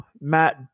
Matt